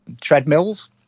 treadmills